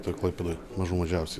toj klaipėdoj mažų mažiausiai